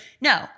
no